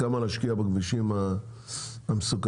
כמה להשקיע בכבישים המסוכנים?